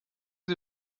sie